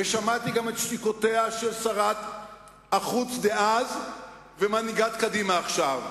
ושמעתי גם את שתיקותיה של שרת החוץ דאז ומנהיגת קדימה עכשיו.